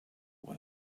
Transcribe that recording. will